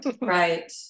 Right